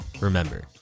Remember